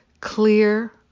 clear